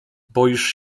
boisz